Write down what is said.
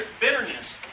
bitterness